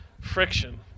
friction